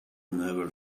never